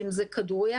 כדוריד.